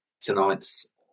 tonight's